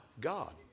God